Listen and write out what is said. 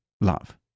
love